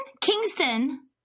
Kingston